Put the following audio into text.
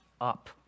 up